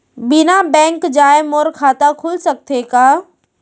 बिना बैंक जाए मोर खाता खुल सकथे का?